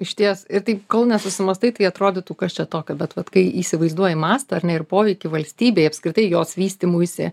išties ir tai kol nesusimąstai tai atrodytų kas čia tokio bet vat kai įsivaizduoji mastą ar ne ir poveikį valstybei apskritai jos vystymuisi